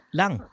lang